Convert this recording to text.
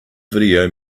video